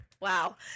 wow